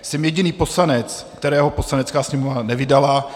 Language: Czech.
Jsem jediný poslanec, kterého Poslanecká sněmovna nevydala.